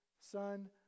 son